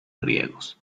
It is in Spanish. riegos